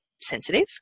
sensitive